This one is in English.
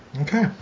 Okay